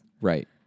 Right